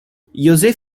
josé